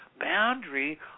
boundary